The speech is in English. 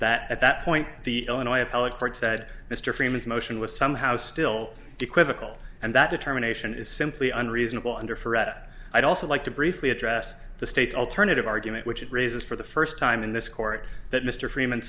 that at that point the illinois appellate court said mr freeman's motion was somehow still equivocal and that determination is simply unreasonable under for at i'd also like to briefly address the state's alternative argument which it raises for the first time in this court that mr freeman